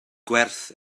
gwerth